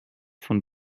von